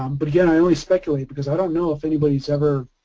um but again i only speculate because i don't know if anybody's ever